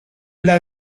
l’a